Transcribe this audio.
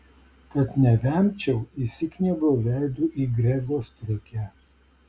kad nevemčiau įsikniaubiau veidu į grego striukę